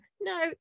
no